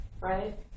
right